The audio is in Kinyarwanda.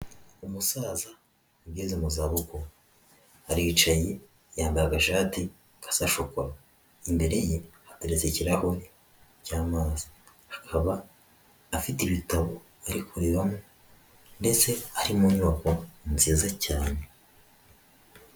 Umusaza ugeze mu za bukuru, aricaye yambaye agashati gasa shokora. Imbere ye hateretse ikirahure cy'amazi. Hakaba afite ibitabo ari kurebamo ndetse ari mu nyubako nziza cyane.